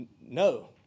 No